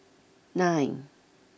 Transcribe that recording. nine